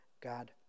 God